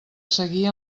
seguir